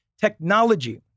Technology